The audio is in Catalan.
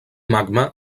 magma